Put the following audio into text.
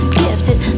gifted